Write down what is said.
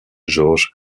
george